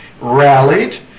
rallied